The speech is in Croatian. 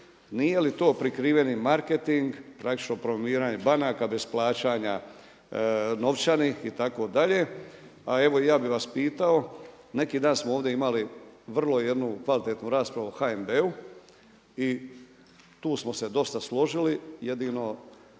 nije li to prikriveni marketing, praktično promoviranje banaka bez plaćanja novčanih itd. Pa evo i ja bih vas pitao, neki dan smo ovdje imali vrlo jednu kvalitetnu raspravu o HNB-u i tu smo se dosta složili, jedino